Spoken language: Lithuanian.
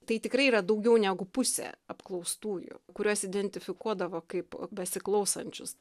tai tikrai yra daugiau negu pusė apklaustųjų kuriuos identifikuodavo kaip besiklausančius